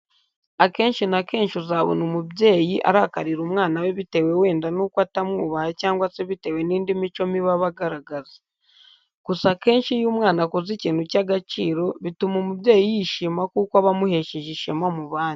Akenshi na kenshi uzabona umubyeyi arakarira umwana we bitewe wenda n'uko atamwubaha cyangwa se bitewe n'indi mico mibi aba agaragaza. Gusa akenshi iyo umwana akoze ikintu cy'agaciro bituma umubyeyi yishima kuko aba amuhesheje ishema mu bandi.